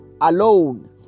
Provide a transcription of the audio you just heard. alone